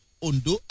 Ondo